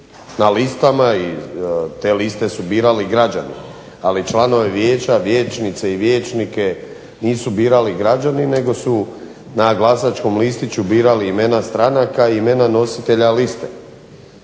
na listama i te liste su birali građani. Ali članove vijeća, vijećnice i vijećnike nisu birali građani, nego su na glasačkom listiću birali imena stranaka i imena nositelja liste.